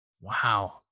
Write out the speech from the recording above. Wow